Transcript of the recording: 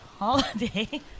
Holiday